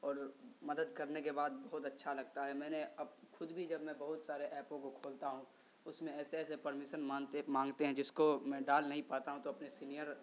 اور مدد کرنے کے بعد بہت اچھا لگتا ہے میں نے اب خود بھی جب میں بہت سارے ایپوں کو کھولتا ہوں اس میں ایسے ایسے پرمیسن مانتے مانگتے ہیں جس کو میں ڈال نہیں پاتا ہوں تو اپنے سینئر